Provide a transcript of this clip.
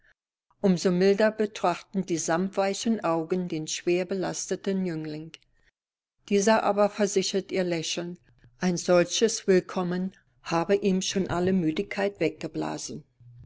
so milder betrachten die sammetweichen augen den schwer belasteten jüngling dieser aber versichert ihr lächelnd ein solches willkommen habe ihm schon alle müdigkeit weggeblasen